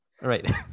Right